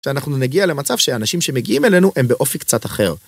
כשאנחנו נגיע למצב שאנשים שמגיעים אלינו הם באופי קצת אחר.